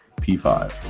p5